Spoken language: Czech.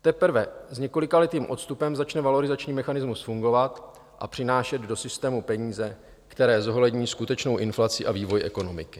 Teprve s několikaletým odstupem začne valorizační mechanismus fungovat a přinášet do systému peníze, které zohlední skutečnou inflaci a vývoj ekonomiky.